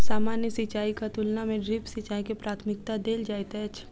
सामान्य सिंचाईक तुलना मे ड्रिप सिंचाई के प्राथमिकता देल जाइत अछि